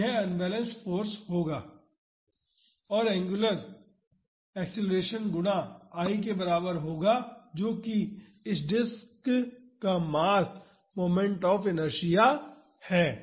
तो यह unbalanced force होगा और एंगुलर एक्सेलरेशन गुणा I के बराबर होगा जो इस डिस्क का मास मोमेंट ऑफ़ इनर्शिआ है